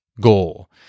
goal